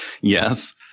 Yes